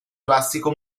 classico